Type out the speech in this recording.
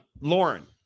Lauren